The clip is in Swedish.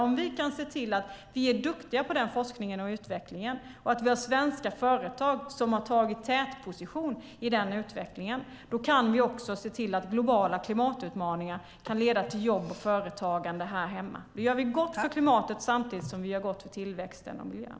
Om vi kan se till att vi är duktiga på den forskningen och utvecklingen och att vi har svenska företag som har tagit tätpositionen i den utvecklingen kan vi också se till att globala klimatutmaningar kan leda till jobb och företagande här hemma. Då gör vi gott för klimatet samtidigt som vi gör gott för tillväxten och miljön.